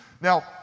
Now